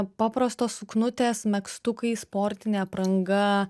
paprastos suknutės megztukai sportinė apranga